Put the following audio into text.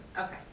Okay